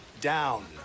down